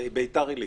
לבית"ר עילית.